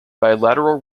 bilateral